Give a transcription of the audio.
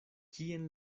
kien